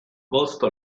posto